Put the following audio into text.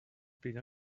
been